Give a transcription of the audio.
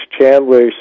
Chandler